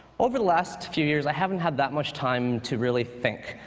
over the last few years, i haven't had that much time to really think.